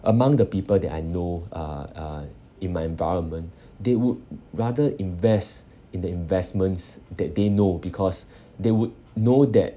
among the people that I know uh uh in my environment they would rather invest in the investments that they know because they would know that